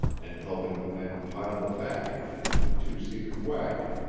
and helping the men pile the baggage into the two-seated wagon,